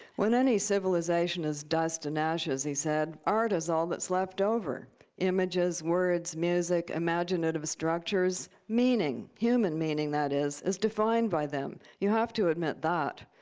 when any civilization is dust and ashes he said, art is all that's left over images, words, music, imaginative structures. meaning, human meaning, that is, is defined by them. you have to admit that